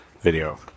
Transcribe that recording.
video